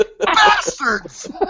Bastards